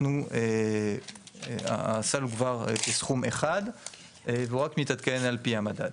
אנחנו הסל הוא כבר כסכום אחד והוא רק מתעדכן על פי המדד.